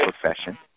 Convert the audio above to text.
profession